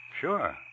Sure